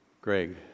Greg